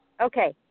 Okay